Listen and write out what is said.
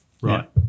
right